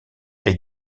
est